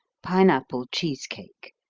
pineapple cheese cake